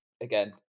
again